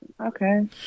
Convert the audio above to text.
Okay